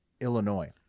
Illinois